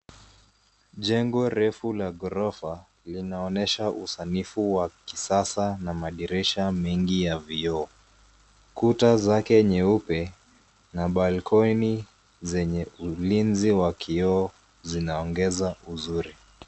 Jengo refu la ghorofa linaonesha usanifu wa kisasa na madirisha mengi ya vioo. Kuta zake nyeupe na balakoni zenye ulinzi wa kioo zinaongeza uzuri.